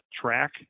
track